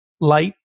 light